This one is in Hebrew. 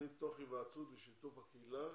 התוכנית תוך היוועצות ושיתוף הקהילה